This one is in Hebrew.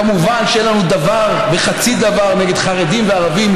כמובן שאין לנו דבר וחצי דבר נגד חרדים וערבים,